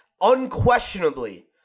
unquestionably